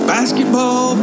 Basketball